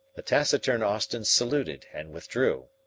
the taciturn austin saluted and withdrew.